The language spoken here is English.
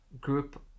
group